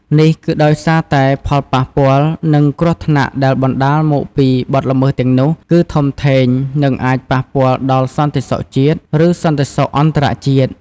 នេះគឺដោយសារតែផលប៉ះពាល់ និងគ្រោះថ្នាក់ដែលបណ្តាលមកពីបទល្មើសទាំងនោះគឺធំធេង និងអាចប៉ះពាល់ដល់សន្តិសុខជាតិ ឬសន្តិសុខអន្តរជាតិ។